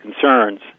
concerns